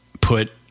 put